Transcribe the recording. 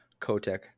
Kotek